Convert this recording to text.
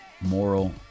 moral